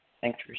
Thanks